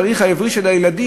התאריך העברי של לידת הילד,